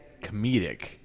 comedic